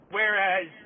Whereas